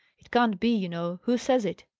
it can't be, you know. who says it?